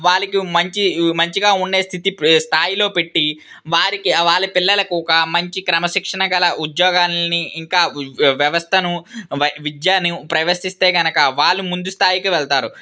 వాళ్ళకి మంచి మంచిగా ఉండే స్థితి స్థాయిలో పెట్టి వారికి వాళ్ళ పిల్లలకు ఒక మంచి క్రమశిక్షణ గల ఉద్యోగాలని ఇంకా వ్యవస్థను విద్యని ప్రవేశిస్తే కనుక వాళ్ళు ముందు స్థాయికి వెళ్తారు